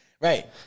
Right